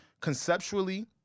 Conceptually